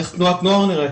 איך תנועת נוער נראית?